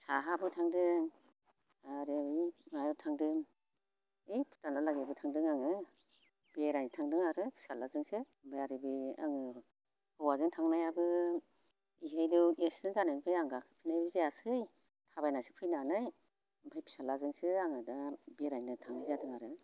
साहाबो थांदों आरो बै माबायाव थांदों ओइ भुटानहालागैबो थांदों आङो बेरायनो थांदो आरो फिसाज्लाजोंसो ओमफ्राय आरो बे आङो हौवाजों थांनायाबो इहायनो एक्सिडेन्ट जानायनिफ्राय आं गाखोफेरनायबो जायाखसै थाबायनानो फैनानै ओमफ्राय फिसाज्लाजोंसो आङो दा बेरायनो थांनाय जादों आरो